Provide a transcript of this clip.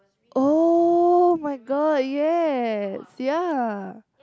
[oh]-my-god yes ya